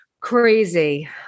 crazy